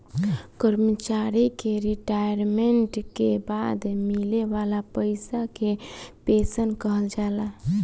कर्मचारी के रिटायरमेंट के बाद मिले वाला पइसा के पेंशन कहल जाला